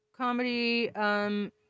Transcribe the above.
Comedy